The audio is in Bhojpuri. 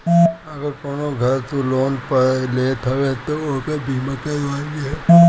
अगर कवनो घर तू लोन पअ लेत हवअ तअ ओकर बीमा करवा लिहअ